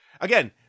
Again